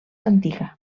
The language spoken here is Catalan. antiga